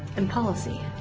and policy.